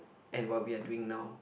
and what we are doing now